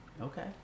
Okay